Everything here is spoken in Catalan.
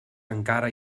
encara